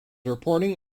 reporting